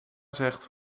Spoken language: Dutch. zegt